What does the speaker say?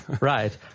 right